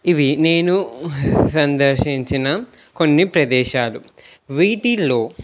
ఇవి నేను సందర్శించిన కొన్ని ప్రదేశాలు వీటిల్లో